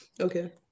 Okay